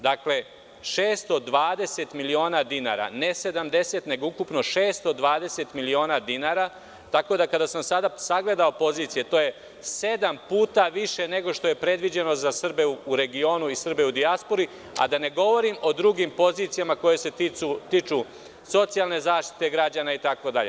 Dakle, 620 miliona dinara, ne 70, nego ukupno 620 miliona dinara, tako da kada sam sada sagledao pozicije to je sedam puta više nego što je predviđeno za Srbe u regionu i Srbe u dijaspori, a da ne govorim o drugim pozicijama koje se tiču socijalne zaštite građana itd.